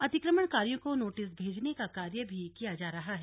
अतिक्रमणकारियों को नोटिस भेजने का कार्य भी किया जा रहा है